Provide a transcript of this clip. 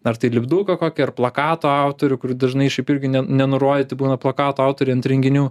ar tai lipduką kokį ar plakatų autorių kur dažnai šiaip irgi ne nenurodyti būna plakato autoriai ant renginių